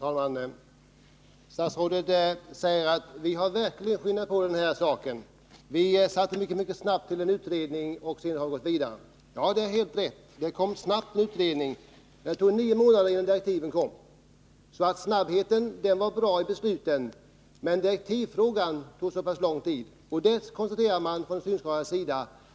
Herr talman! Statsrådet sade att regeringen verkligen påskyndat saken. Hon sade att det snabbt tillsattes en utredning och att arbetet sedan gått vidare. Det är alldeles riktigt. Det tillsattes mycket snart en utredning, men det tog nio månader innan direktiven lämnades. Snabbheten när det gällde beslutet var bra, men med direktiven tog det lång tid. Från de synskadades sida konstaterar man